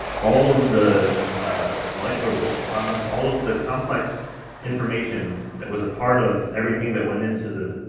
all of the molecular but bonds, all of the complex information that was a part of everything that went into the,